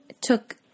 took